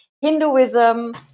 Hinduism